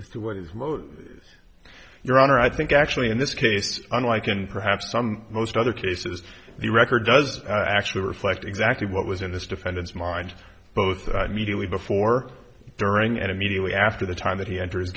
as to what is most of your honor i think actually in this case unlike in perhaps some most other cases the record does actually reflect exactly what was in this defendant's mind both immediately before during and immediately after the time that he